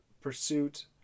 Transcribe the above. pursuit